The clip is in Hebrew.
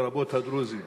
לרבות הדרוזים,